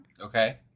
Okay